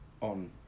on